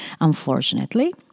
unfortunately